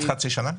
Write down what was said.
עד חצי שנה?